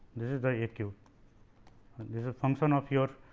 this is the a q and this is function of your